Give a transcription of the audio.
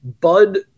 Bud